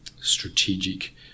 strategic